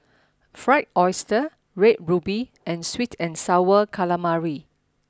Fried Oyster Red Ruby and Sweet and Sour Calamari